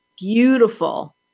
beautiful